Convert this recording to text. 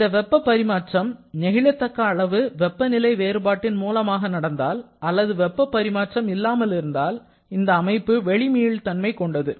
இந்த வெப்ப பரிமாற்றம் நெகிழ தக்க அளவு வெப்பநிலை வேறுபாட்டின் மூலமாக நடந்தால் அல்லது வெப்பப் பரிமாற்றம் இல்லாமல் இருந்தால் இந்த அமைப்பு வெளி மீள் தன்மை கொண்டது